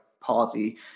party